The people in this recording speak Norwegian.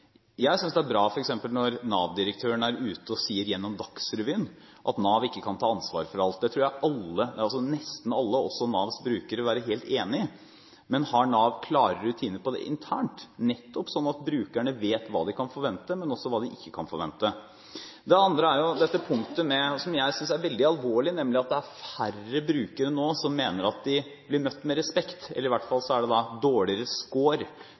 Jeg synes det er bra når f.eks. Nav-direktøren er ute og sier, gjennom Dagsrevyen, at Nav ikke kan ta ansvar for alt. Det tror jeg nesten alle, også Navs brukere, vil være helt enig i. Men har Nav klare rutiner på det internt, nettopp sånn at brukerne vet hva de kan forvente, men også hva de ikke kan forvente? Det andre er jo dette punktet med – og som jeg synes er veldig alvorlig – at det er færre brukere nå som mener at de blir møtt med respekt, eller i hvert fall er det dårligere skår